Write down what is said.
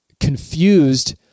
confused